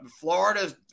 Florida's